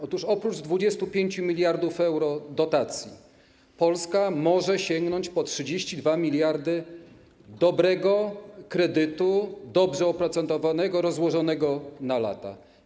Otóż oprócz 25 mld euro dotacji Polska może sięgnąć po 32 mld dobrego kredytu, kredytu dobrze oprocentowanego, rozłożonego na lata.